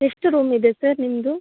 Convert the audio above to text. ಎಷ್ಟು ರೂಮಿದೆ ಸರ್ ನಿಮ್ಮದು